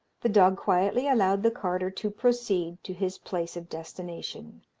the dog quietly allowed the carter to proceed to his place of destination.